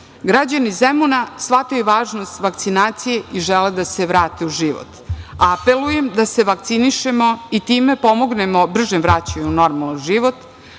ured. Građani Zemuna, shvataju važnost vakcinacije i žele da se vrate u život. Apelujem da se vakcinišemo i time pomognemo bržem vraćanju u normalan život